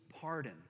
pardon